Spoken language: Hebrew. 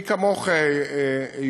מי כמוך יודע,